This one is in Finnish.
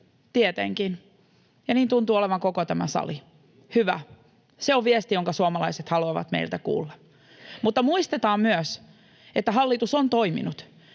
lisätoimiin, ja niin tuntuu olevan koko tämä sali — hyvä. Se on viesti, jonka suomalaiset haluavat meiltä kuulla. Muistetaan myös, että hallitus on toiminut,